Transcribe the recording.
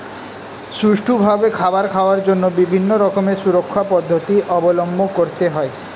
সুষ্ঠুভাবে খাবার খাওয়ার জন্য বিভিন্ন রকমের সুরক্ষা পদ্ধতি অবলম্বন করতে হয়